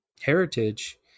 heritage